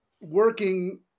working